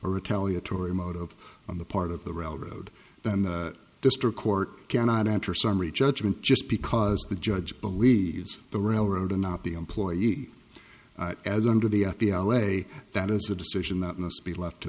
retaliatory mode of on the part of the railroad then the district court cannot enter summary judgment just because the judge believes the railroad and not the employee as under the way that is a decision that must be left to